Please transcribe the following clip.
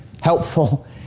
helpful